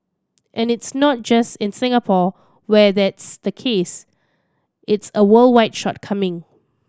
and it's not just in Singapore where that's the case it's a worldwide shortcoming